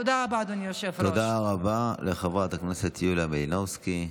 תודה רבה, אדוני היושב-ראש.